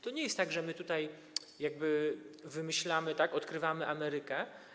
To nie jest tak, że my tutaj jakby wymyślamy, odkrywamy Amerykę.